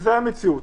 זו המציאות.